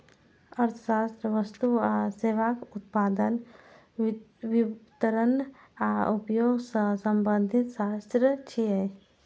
अर्थशास्त्र वस्तु आ सेवाक उत्पादन, वितरण आ उपभोग सं संबंधित शास्त्र छियै